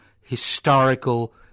historical